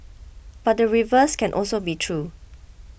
but the reverse can also be true